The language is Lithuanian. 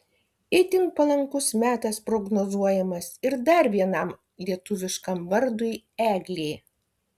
itin palankus metas prognozuojamas ir dar vienam lietuviškam vardui eglė